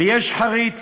ויש חריץ.